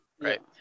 right